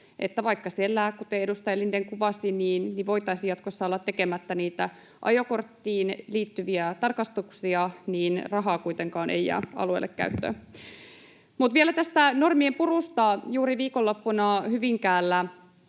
vaikka siellä, kuten edustaja Lindén kuvasi, voitaisiin jatkossa olla tekemättä niitä ajokorttiin liittyviä tarkastuksia, niin rahaa kuitenkaan ei jää alueelle käyttöön. Vielä tästä normien purusta. Juuri viikonloppuna Hyvinkäällä